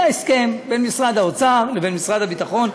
היה הסכם בין משרד האוצר לבין משרד הביטחון,